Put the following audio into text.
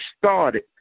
started